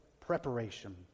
preparation